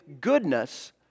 goodness